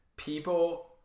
People